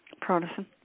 Protestant